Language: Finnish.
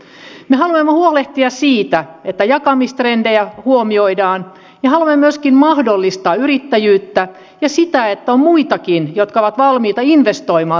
me haluamme huolehtia siitä että jakamistrendejä huomioidaan ja haluamme myöskin mahdollistaa yrittäjyyttä ja sitä että on muitakin jotka ovat valmiita investoimaan liikenteeseen kuin veromaksajat